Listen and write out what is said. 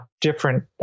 different